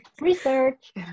Research